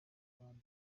n’abandi